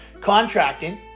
contracting